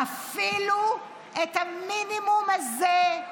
אפילו את המינימום הזה,